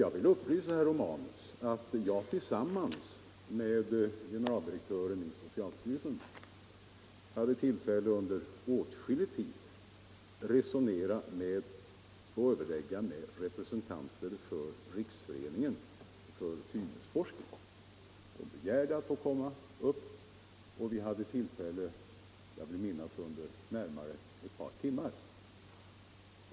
Jag vill emellertid upplysa herr Romanus om att jag tillsammans med generaldirektören i socialstyrelsen haft tillfälle att överlägga med representanter för Riksföreningen för thymusforskning. De begärde att få komma upp till departementet, och vi hade tillfälle att resonera under närmare ett par timmar.